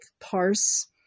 parse